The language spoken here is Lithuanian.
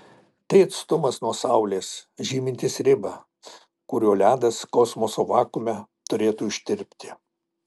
tai atstumas nuo saulės žymintis ribą kuriuo ledas kosmoso vakuume turėtų ištirpti